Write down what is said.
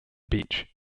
beach